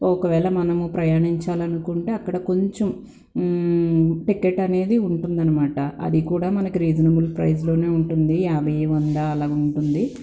ఒకవేళ మనము ప్రయాణించాలనుకుంటే అక్కడ కొంచెం టికెట్టనేది ఉంటుందనమాట అది కూడా మనకి రీజనబుల్ ప్రెస్లోనే ఉంటుంది యాభై వంద అలా ఉంటుంది